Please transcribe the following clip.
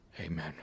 amen